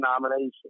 nomination